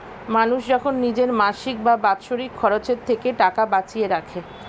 মানুষ যখন নিজের মাসিক বা বাৎসরিক খরচের থেকে টাকা বাঁচিয়ে রাখে